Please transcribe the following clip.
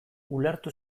ulertu